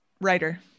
writer